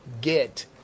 get